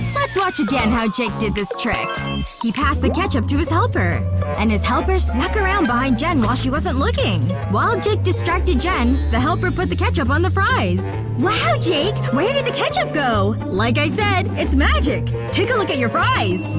let's watch again how jake did this trick he passed the ketchup to his helper and his helper snuck around behind jen while she wasn't looking while jake distracted jen, the helper put the ketchup on the fries wow, jake! where did the ketchup go? like i said, it's magic! take a look at your fries